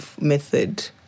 method